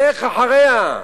לך אחריה.